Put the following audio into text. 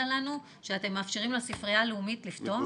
לנו שאתם מאפשרים לספרייה הלאומית לפתוח?